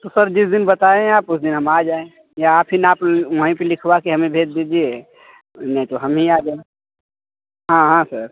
तो सर जिस दिन बताएँ आप उस दिन हम आ जाएँ या आप ही नाप वहीं पर लिखवा के हमें भेज दीजिए नहीं तो हम ही आ जाए हाँ हाँ सर